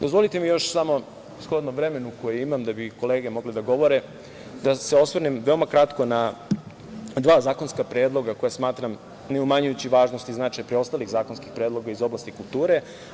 Dozvolite mi još samo shodno vremenu koje imam da bi kolege mogle da govore, da se osvrnem veoma kratko na dva zakonska predloga koja smatram neumanjujući važnost i značaj preostalih zakonskih predloga iz oblasti kulture.